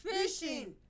Fishing